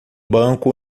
banco